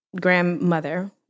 grandmother